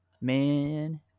man